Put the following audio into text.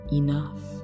enough